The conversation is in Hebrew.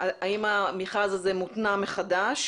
האם המכרז הזה מותנע מחדש?